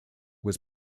was